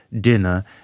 dinner